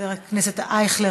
חבר הכנסת אייכלר,